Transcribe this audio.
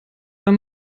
wenn